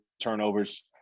turnovers